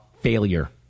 failure